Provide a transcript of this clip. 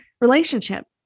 relationship